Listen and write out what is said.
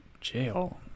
jail